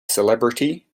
celebrity